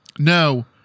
No